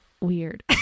weird